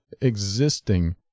existing